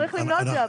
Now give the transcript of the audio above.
צריך למנוע את זה,